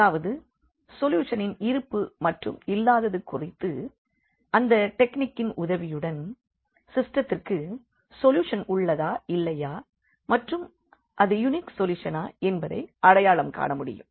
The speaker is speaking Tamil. அதாவது சொல்யூஷனின் இருப்பு மற்றும் இல்லாதது குறித்து இந்த டெக்னிக்கின் உதவியுடன் சிஸ்டெதிற்கு சொல்யூஷன் உள்ளதா இல்லையா மற்றும் அது யுனிக் சொல்யூஷனா என்பதை அடையாளம் காண முடியும்